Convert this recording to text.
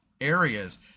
areas